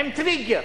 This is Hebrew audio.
עם טריגר.